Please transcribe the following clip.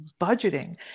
budgeting